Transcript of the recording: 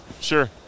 sure